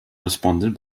responded